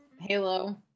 Halo